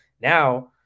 Now